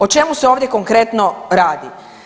O čemu se ovdje konkretno radi?